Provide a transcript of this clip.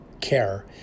care